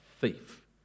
thief